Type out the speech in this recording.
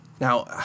Now